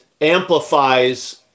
amplifies